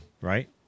right